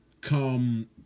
come